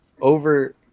over